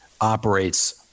operates